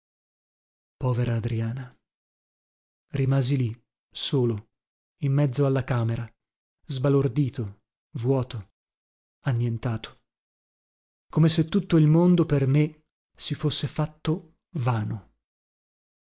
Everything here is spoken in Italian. povera adriana rimasi lì solo in mezzo alla camera sbalordito vuoto annientato come se tutto il mondo per me si fosse fatto vano